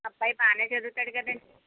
మా అబ్బాయి బాగానే చదువుతాడు కదండీ